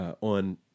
on